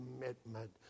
commitment